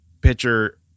pitcher